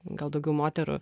gal daugiau moterų